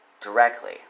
directly